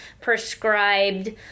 prescribed